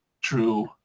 True